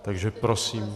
Takže prosím...